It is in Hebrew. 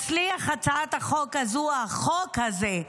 החוק הזה,